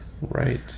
Right